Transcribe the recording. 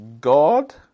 God